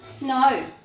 No